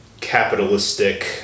capitalistic